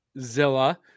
Zilla